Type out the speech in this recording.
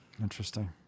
Interesting